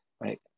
right